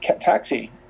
taxi